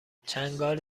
چنگال